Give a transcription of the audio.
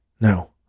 No